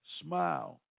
smile